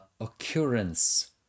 occurrence